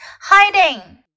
Hiding